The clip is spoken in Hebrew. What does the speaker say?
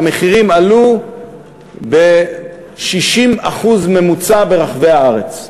המחירים עלו ב-60% בממוצע ברחבי הארץ.